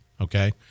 Okay